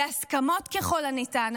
בהסכמות ככל הניתן,